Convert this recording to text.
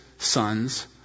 sons